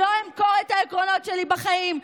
לא אמכור את העקרונות שלי בחיים.